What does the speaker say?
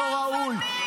ואת בזת לטייסים הגיבורים.